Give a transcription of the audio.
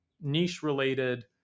niche-related